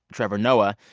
trevor noah,